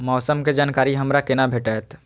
मौसम के जानकारी हमरा केना भेटैत?